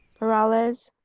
peralez,